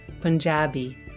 Punjabi